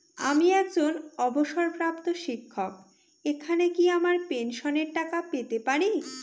আমি একজন অবসরপ্রাপ্ত শিক্ষক এখানে কি আমার পেনশনের টাকা পেতে পারি?